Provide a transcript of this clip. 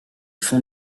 font